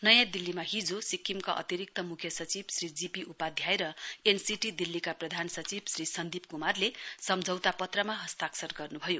नयाँ दिल्लीमा हिजो सिक्किमका अतिरिक्त मुख्य सचिव श्री जीपी उपाध्याय र एनसीटी दिल्लीका प्रधान सचिव श्री सन्दीप कुमारले सम्झौता पत्रमा हस्ताक्षर गर्नुभयो